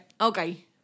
Okay